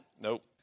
Nope